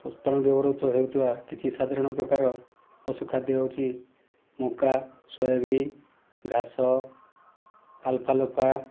ପଶୁପାଳନରେ ବ୍ୟବହୃତ ହେଉଥିବା କିଛି ସାଧାରଣ ପ୍ରକାରର ପଶୁ ଖାଦ୍ୟ ହେଉଛି ମକା ସୋୟାବିନ ଘାସ ଆଲଫଲଫା